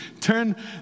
Turn